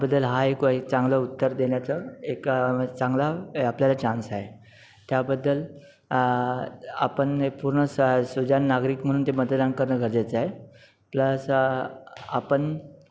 त्याबद्दल हा एक चांगलं उत्तर देण्याचा एक चांगला आपल्याला चान्स आहे त्याबद्दल आपण एक पूर्ण स सुजाण नागरिक म्हणून ते मतदान करणं गरजेचं आहे प्लस आपण